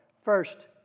first